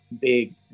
big